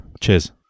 Cheers